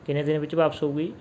ਕਿੰਨੇ ਦਿਨ ਵਿੱਚ ਵਾਪਸ ਹੋਊਗੀ